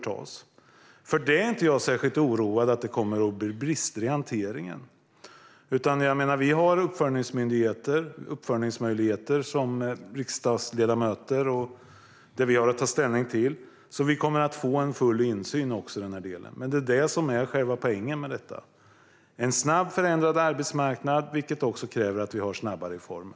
Jag är inte särskilt oroad över att det kommer att bli brister i hanteringen. Det finns uppföljningsmöjligheter som vi riksdagsledamöter kommer att ta ställning till. Vi kommer alltså att få full insyn i den delen. Själva poängen är en snabbt förändrad arbetsmarknad, vilket kräver snabba reformer.